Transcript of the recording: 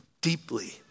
deeply